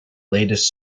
latest